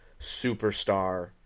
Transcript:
superstar